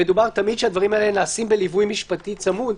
הדברים נעשים בליווי משפטי צמוד.